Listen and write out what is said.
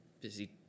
busy